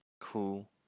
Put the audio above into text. cool